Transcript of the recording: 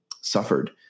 suffered